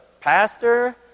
pastor